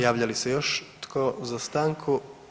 Javlja li se još tko za stanku?